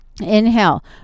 Inhale